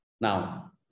Now